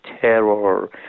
terror